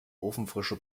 ofenfrische